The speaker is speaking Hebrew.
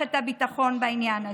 מערכת הביטחון בעניין הזה?